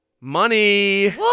Money